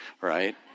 right